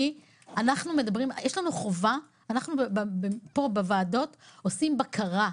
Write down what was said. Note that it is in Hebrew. פה בוועדות אנחנו עושים בקרה,